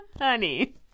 Honey